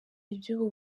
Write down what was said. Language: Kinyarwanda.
iby’ubu